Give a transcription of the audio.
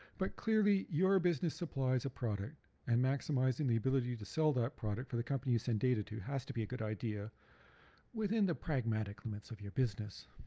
but clearly your business supplies a product and maximizing the ability to sell that product for the company you send data to has to be a good idea within the pragmatic limits of your business.